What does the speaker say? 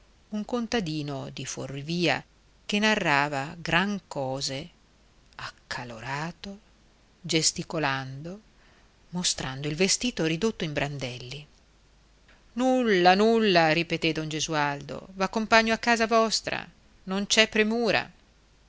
un contadino di fuorivia che narrava gran cose accalorato gesticolando mostrando il vestito ridotto in brandelli nulla nulla ripetè don gesualdo v'accompagno a casa vostra non c'è premura